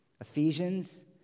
Ephesians